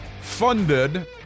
funded